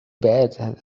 bad